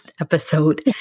episode